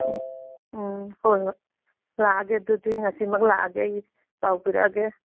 ꯑꯪ ꯍꯣꯏ ꯍꯣꯏ ꯂꯥꯛꯑꯒꯦ ꯑꯗꯨꯗꯤ ꯉꯥꯁꯤꯃꯛ ꯂꯥꯛꯑꯒꯦ ꯑꯩ ꯄꯥꯎ ꯄꯤꯔꯛꯑꯒꯦ